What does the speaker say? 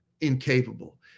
incapable